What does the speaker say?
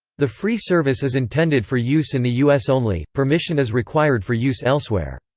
the free service is intended for use in the us only permission is required for use elsewhere.